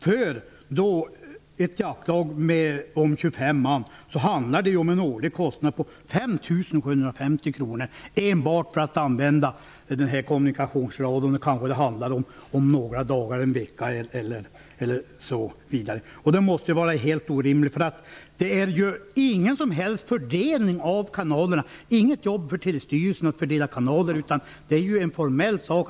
För ett jaktlag om 25 man blir den årliga kostnaden 5 750 kr, detta för att använda kommunikationsradion endast några dagar eller någon vecka, som det kan handla om. Det är väl helt orimligt. Det sker nämligen ingen som helt fördelning av kanalerna. Det handlar alltså inte om något jobb för Post och telestyrelsen att fördela kanaler.